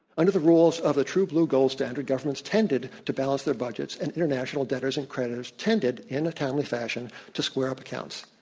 under the rules of the true blue gold standard, governments tended to balance their budgets and international debtors and creditors tended in a timely fashion to square up accounts.